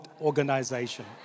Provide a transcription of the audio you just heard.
organization